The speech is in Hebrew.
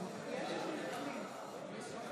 מי שסיים